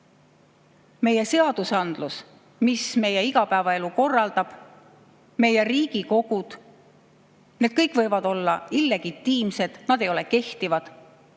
Meie seadusandlus, mis meie igapäevaelu korraldab, meie Riigikogud – need kõik võivad olla olnud illegitiimsed, nad ei ole olnud